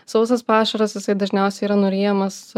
sausas pašaras jisai dažniausiai yra nuryjamas